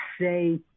say